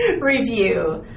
review